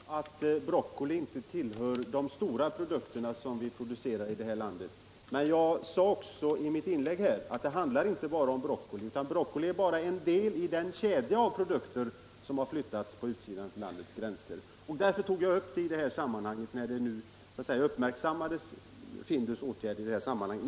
Herr talman! Jag är helt medveten om att broccoli inte tillhör de stora produkterna som vi framställer i vårt land. Men jag sade också i mitt inlägg att det handlar inte bara om broccoli, utan broccoli är bara en del i den kedja av produkter som har flyttats utanför landets gränser. Jag nämnde denna grönsak i det här sammanhanget eftersom Findus åtgärder har väckt uppmärksamhet.